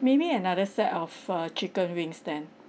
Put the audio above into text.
maybe another set of uh chicken wings then